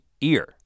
ear